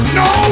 no